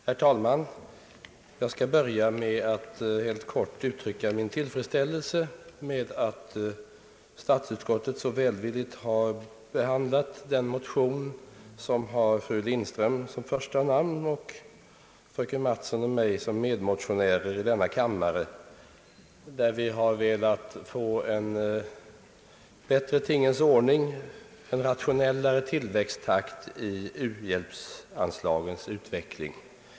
Herr talman! Jag skall börja med att helt kort uttrycka min tillfredsställelse med att statsutskottet så välvilligt behandlat den motion som har fru Lindström som första namn och fröken Mattson och mig som medmotionärer i denna kammare och där vi velat få till stånd en bättre tingens ordning och en rationellare tillväxttakt i u-hjälpsanslagens utveckling.